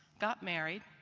got married,